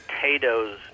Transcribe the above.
potatoes